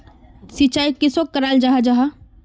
सिंचाई किसोक कराल जाहा जाहा?